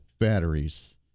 batteries